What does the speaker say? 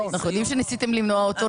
--- אנחנו יודעים שניסיתם למנוע אותו,